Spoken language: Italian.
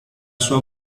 sua